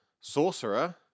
Sorcerer